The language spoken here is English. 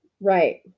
Right